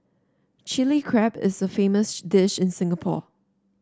Chilli Crab is a famous dish in Singapore